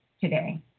today